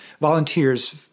volunteers